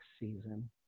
season